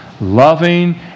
loving